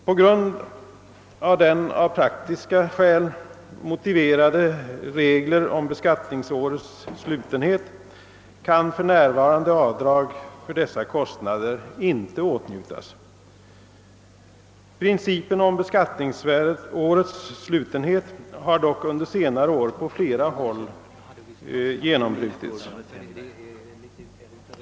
På grund av de av praktiska skäl motiverade reglerna om beskattningsårets slutenhet kan för närvarande avdrag för dessa kostnader inte åtnjutas. Principen om beskattningsårets slutenhet har dock under senare år på flera håll genombrutits.